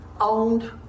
owned